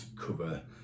cover